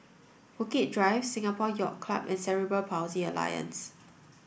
Bukit Drive Singapore Yacht Club and Cerebral Palsy Alliance